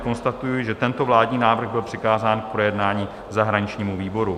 Konstatuji, že tento vládní návrh byl přikázán k projednání zahraničnímu výboru.